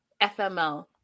FML